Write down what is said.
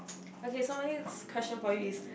okay so normally question for you is